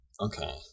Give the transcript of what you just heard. Okay